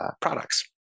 products